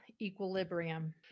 equilibrium